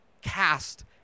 cast